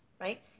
right